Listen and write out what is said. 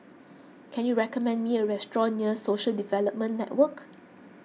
can you recommend me a restaurant near Social Development Network